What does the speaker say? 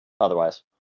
Otherwise